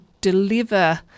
deliver